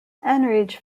enraged